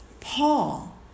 Paul